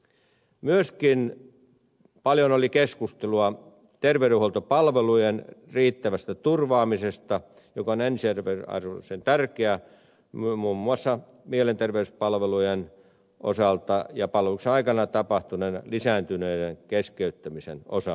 myöskin paljon oli keskustelua terveydenhuoltopalvelujen riittävästä turvaamisesta joka on ensiarvoisen tärkeää muun muassa mielenterveyspalvelujen osalta ja palveluksen aikana tapahtuneiden lisääntyneiden keskeyttämisien osalta